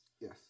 Yes